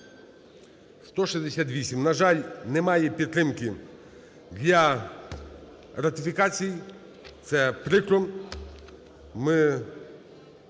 168. На жаль, немає підтримки для ратифікації. Це прикро.